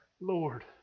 Lord